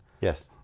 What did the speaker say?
Yes